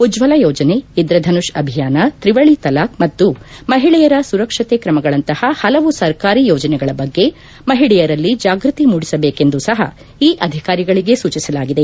ಉಜ್ವಲ ಯೋಜನೆ ಇಂದ್ರಧನುಷ್ ಅಭಿಯಾನ ತ್ರಿವಳಿ ತಲಾಖ್ ಮತ್ತು ಮಹಿಳೆಯರ ಸುರಕ್ಷತೆ ಕ್ರಮಗಳಂತಹ ಹಲವು ಸರ್ಕಾರಿ ಯೋಜನೆಗಳ ಬಗ್ಗೆ ಮಹಿಳೆಯರಲ್ಲಿ ಜಾಗ್ಪತಿ ಮೂಡಿಸಬೇಕೆಂದು ಸಹ ಈ ಅಧಿಕಾರಿಗಳಿಗೆ ಸೂಚಿಸಲಾಗಿದೆ